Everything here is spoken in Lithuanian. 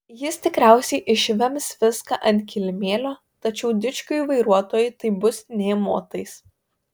jis tikriausiai išvems viską ant kilimėlio tačiau dičkiui vairuotojui tai bus nė motais